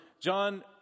John